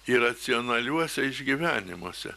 iracionaliuose išgyvenimuose